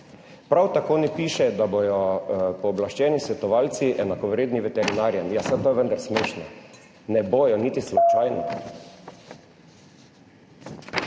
Prav tako ne piše, da bodo pooblaščeni svetovalci enakovredni veterinarjem. Ja, saj to je vendar smešno, ne bodo niti slučajno.